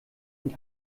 und